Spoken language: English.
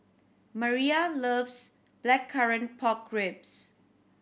Maia loves Blackcurrant Pork Ribs